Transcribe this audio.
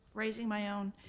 raising my own.